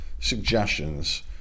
suggestions